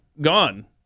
gone